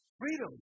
Freedom